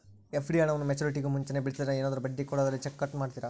FD ಹಣವನ್ನು ಮೆಚ್ಯೂರಿಟಿಗೂ ಮುಂಚೆನೇ ಬಿಡಿಸಿದರೆ ಏನಾದರೂ ಬಡ್ಡಿ ಕೊಡೋದರಲ್ಲಿ ಕಟ್ ಮಾಡ್ತೇರಾ?